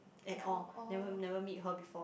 at all never never meet her before